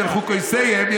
של חוקותיהם,